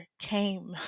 came